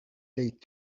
date